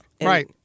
Right